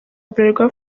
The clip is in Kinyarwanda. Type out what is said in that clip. bralirwa